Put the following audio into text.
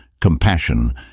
compassion